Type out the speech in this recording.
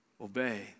obey